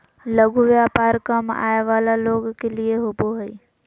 लघु व्यापार कम आय वला लोग के लिए होबो हइ